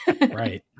right